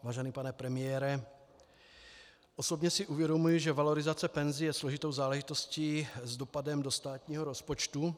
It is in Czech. Vážený pane premiére, osobně si uvědomuji, že valorizace penzí je složitou záležitostí s dopadem do státního rozpočtu.